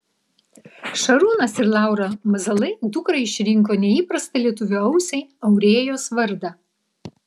šarūnas ir laura mazalai dukrai išrinko neįprastą lietuvio ausiai aurėjos vardą